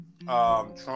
Trump